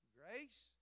grace